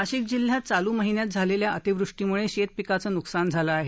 नाशिक जिल्ह्यात चालू महिन्यात झालेल्या अतिवृष्टीम्ळे शेतपिकाचं न्कसान झालं आहे